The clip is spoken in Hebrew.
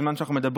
בזמן שאנו מדברים,